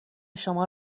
شما